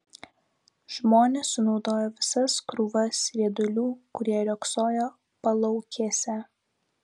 žmonės sunaudojo visas krūvas riedulių kurie riogsojo palaukėse